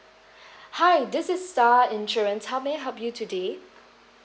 hi this is star insurance how may I help you today